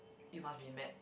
you must be mad